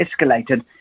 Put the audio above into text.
escalated